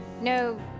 No